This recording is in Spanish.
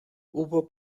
hubo